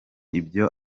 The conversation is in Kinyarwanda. ibyo